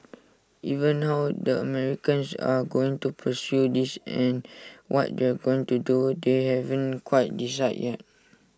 even how the Americans are going to pursue this and what they're going to do they haven't quite decided yet